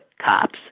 cops